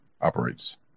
operates